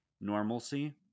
normalcy